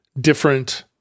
different